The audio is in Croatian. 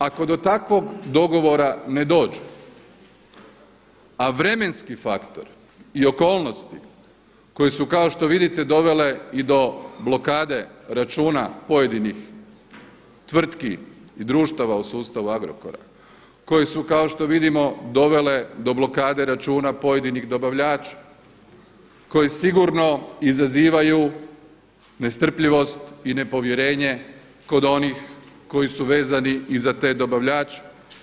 Ako do takvog dogovora ne dođe a vremenski faktor i okolnosti koje su kao što vidite dovele i do blokade računa pojedinih tvrtki i društava u sustavu Agrokora, koje su kao što vidimo dovele do blokade računa pojedinih dobavljača, koji sigurno izazivaju nestrpljivost i nepovjerenje kod onih koji su vezani i za te dobavljače.